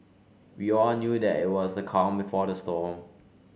we all knew that it was the calm before the storm